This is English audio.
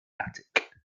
attic